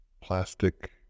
plastic